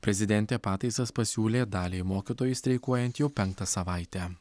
prezidentė pataisas pasiūlė daliai mokytojų streikuojant jau penktą savaitę